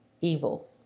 evil